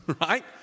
right